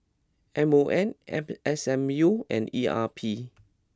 M O M app S M U and E R P